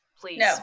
Please